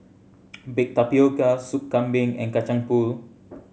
baked tapioca Soup Kambing and Kacang Pool